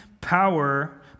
power